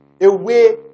away